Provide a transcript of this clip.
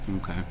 Okay